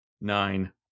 Nine